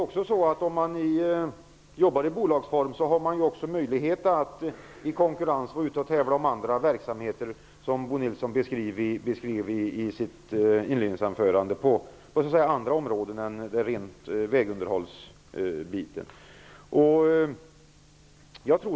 Om man jobbar i bolagsform, har man också möjlighet att konkurrera på andra områden än ren vägunderhållningsverksamhet, som Bo Nilsson beskrev i sitt inledningsanförande.